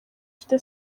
ifite